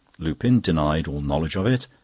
lupin denied all knowledge of it,